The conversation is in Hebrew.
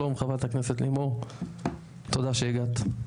שלום חברת הכנסת לימור תודה שהגעת.